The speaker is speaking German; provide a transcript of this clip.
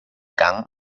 gang